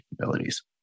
capabilities